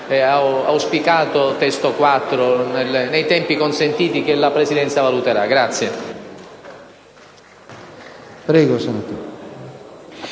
auspicato testo 4 nei tempi consentiti, che la Presidenza valuterà.